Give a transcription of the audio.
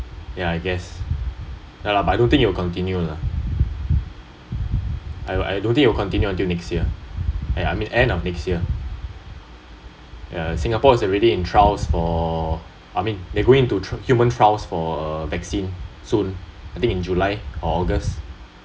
ya I guess ya lah but I don't think will continue lah I I don't think it will continue until next year uh I mean end of next year ya singapore is already in trials for I mean they're going into hu~ human trials for uh vaccine soon I think in july or august